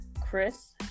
Chris